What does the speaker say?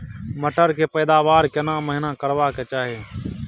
मटर के पैदावार केना महिना करबा के चाही?